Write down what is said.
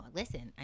listen